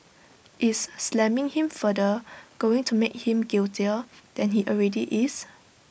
is slamming him further going to make him guiltier than he already is